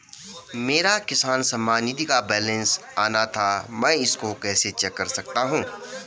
मेरा किसान सम्मान निधि का बैलेंस आना था मैं इसको कैसे चेक कर सकता हूँ?